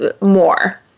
more